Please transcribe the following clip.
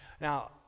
Now